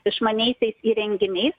išmaniaisiais įrenginiais